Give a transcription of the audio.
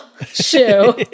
shoe